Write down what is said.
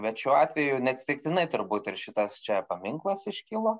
bet šiuo atveju neatsitiktinai turbūt ir šitas čia paminklas iškilo